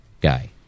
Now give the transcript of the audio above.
guy